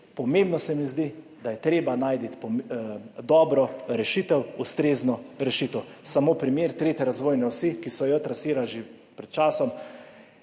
Pomembno se mi zdi, da je treba najti dobro rešitev, ustrezno rešitev. Samo primer 3. razvojne osi, ki so jo trasirali že pred časom,